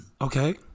okay